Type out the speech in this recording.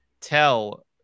tell